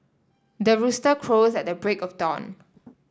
the rooster crows at the break of dawn